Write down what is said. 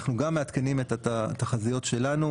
אנחנו גם מעדכנים את התחזיות שלנו,